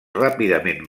ràpidament